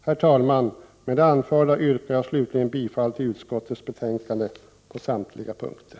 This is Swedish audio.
Herr talman! Med det anförda yrkar jag slutligen bifall till utskottets hemställan på samtliga punkter.